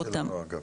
שם הבעיה שלנו, אגב.